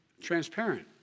transparent